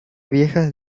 viejas